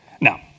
Now